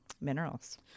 minerals